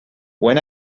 when